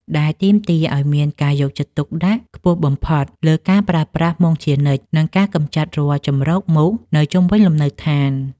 ដែលទាមទារឱ្យមានការយកចិត្តទុកដាក់ខ្ពស់បំផុតលើការប្រើប្រាស់មុងជានិច្ច និងការកម្ចាត់រាល់ជម្រកមូសនៅជុំវិញលំនៅឋាន។